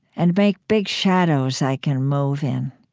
and make big shadows i can move in.